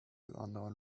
unknown